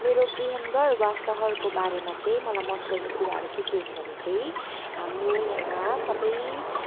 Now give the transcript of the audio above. मेरो गृहनगर वा सहरको बारेमा चाहिँ मलाई मन पर्ने कुराहरू चाहिँ के हो भने हाम्रो यहाँ सबै